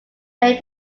playing